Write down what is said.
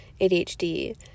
ADHD